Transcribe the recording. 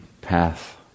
path